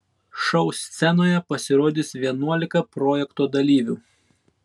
šou scenoje pasirodys vienuolika projekto dalyvių